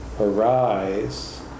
arise